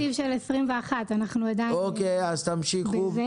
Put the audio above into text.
הם עדיין לא קיבלו את התקציב של 2021. אנחנו עדיין בזה.